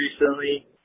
recently